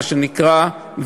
מה שנקרא,